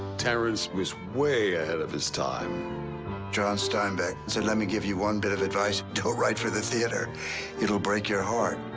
terrence was way ahead of his time john steinbeck said let me give you one bit of advice don't write for the theater it'll break your heart.